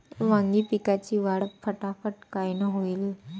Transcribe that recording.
वांगी पिकाची वाढ फटाफट कायनं होईल?